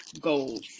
goals